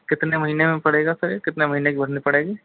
कितने महीने में पड़ेगा सर कितने महीने की भरनी पड़ेगी